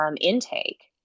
intake